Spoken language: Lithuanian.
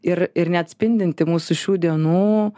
ir ir neatspindinti mūsų šių dienų